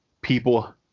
people